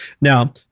Now